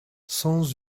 sans